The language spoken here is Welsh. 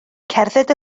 cerdded